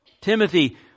Timothy